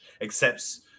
accepts